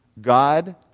God